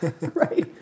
Right